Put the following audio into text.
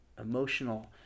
emotional